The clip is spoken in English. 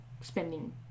spending